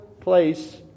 place